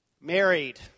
married